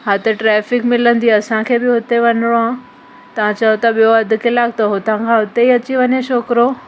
हा त ट्रॅफिक मिलंदी असांंखे बि हुते वञिणो आहे तव्हां चओ था ॿियो अधु किलाकु त हुतां खां हुते ई अची वञे छोकिरो